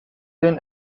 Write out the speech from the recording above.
then